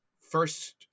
first